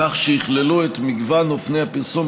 כך שיכללו את מגוון אופני הפרסום,